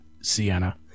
sienna